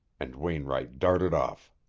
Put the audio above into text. and wainwright darted off.